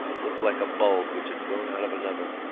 looked like a bulb which had grown out of another.